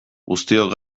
guztiok